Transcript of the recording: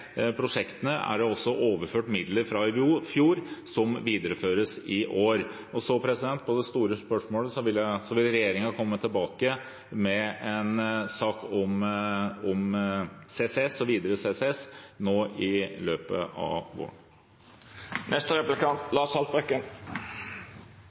prosjektene er det overført midler fra i fjor, som videreføres i år. Når det gjelder det store spørsmålet, vil regjeringen komme tilbake med en sak om CCS og videre CCS i løpet av